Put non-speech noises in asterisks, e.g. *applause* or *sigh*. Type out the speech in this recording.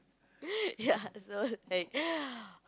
*laughs* ya so like